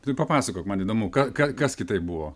tu papasakok man įdomu ką ką kas kitaip buvo